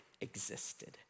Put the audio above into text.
existed